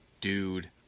Dude